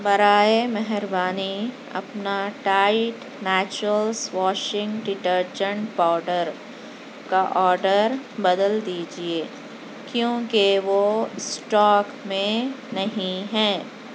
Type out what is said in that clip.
برائے مہربانی اپنا Tide Naturals washing detergent powder کا آرڈر بدل دیجیے کیوںکہ وہ اسٹاک میں نہیں ہیں